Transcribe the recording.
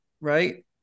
right